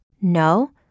No